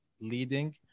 leading